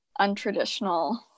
untraditional